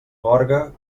gorga